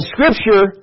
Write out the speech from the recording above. Scripture